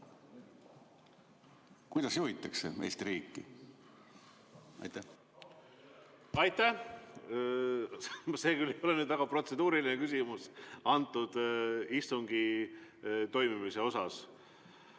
Kuidas juhitakse Eesti riiki? Aitäh! See küll ei olnud väga protseduuriline küsimus istungi toimimise kohta.